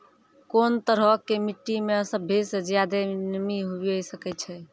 कोन तरहो के मट्टी मे सभ्भे से ज्यादे नमी हुये सकै छै?